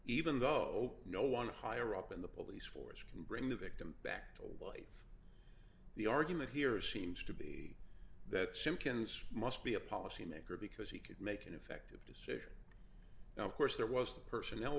even though no one higher up in the police force can bring the victim back to a well if the argument here seems to be that simpkins must be a policy maker because he could make an effective decision now of course there was the personnel